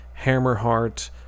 Hammerheart